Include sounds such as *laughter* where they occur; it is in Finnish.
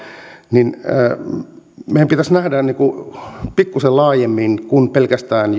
niin meidän pitäisi nähdä pikkuisen laajemmin kuin pelkästään *unintelligible*